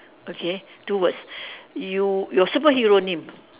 okay two words you your superhero name